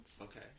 Okay